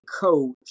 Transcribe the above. coach